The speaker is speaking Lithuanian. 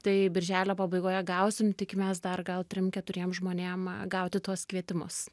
tai birželio pabaigoje gausim tikimės dar gal trim keturiem žmonėm gauti tuos kvietimus